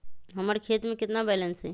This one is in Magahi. हमर खाता में केतना बैलेंस हई?